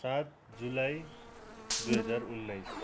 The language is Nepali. सात जुलाई दुई हजार उन्नाइस